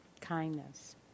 kindness